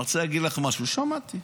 אני רוצה להגיד לך משהו, שמעתי.